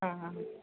അഹ് അഹ്